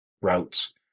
routes